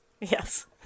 Yes